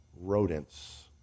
rodents